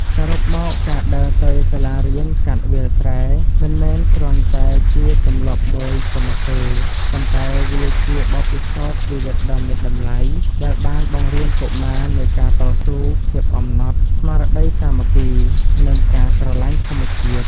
សរុបមក ការដើរទៅសាលារៀនកាត់វាលស្រែ មិនមែនគ្រាន់តែជាទម្លាប់មួយប៉ុណ្ណោះទេ ប៉ុន្តែវាជា បទពិសោធន៍ជីវិតដ៏មានតម្លៃ ដែលបានបង្រៀនកុមារនូវការតស៊ូ ភាពអំណត់ ស្មារតីសាមគ្គីភាព និងការស្រឡាញ់ធម្មជាតិ។